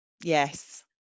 Yes